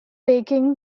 baking